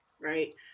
Right